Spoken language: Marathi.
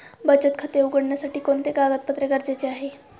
बचत खाते उघडण्यासाठी कोणते कागदपत्रे गरजेचे आहे?